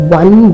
one